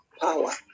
power